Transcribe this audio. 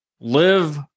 Live